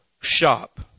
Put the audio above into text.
shop